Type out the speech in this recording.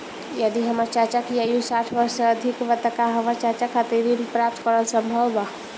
यदि हमर चाचा की आयु साठ वर्ष से अधिक बा त का हमर चाचा खातिर ऋण प्राप्त करल संभव बा